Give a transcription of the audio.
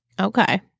Okay